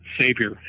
Savior